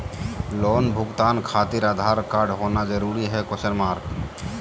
Loan भुगतान खातिर Aadhaar card होना जरूरी है?